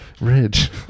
Ridge